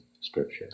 Scripture